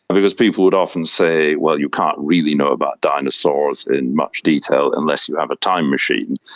because people would often say, well, you can't really know about dinosaurs in much detail unless you have a time machine.